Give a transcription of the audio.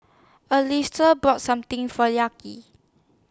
Alysia bought Something For Lucky